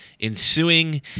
ensuing